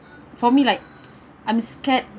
for me like I'm scared